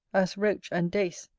as roach and dace,